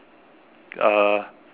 uh